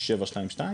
722?